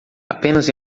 apenas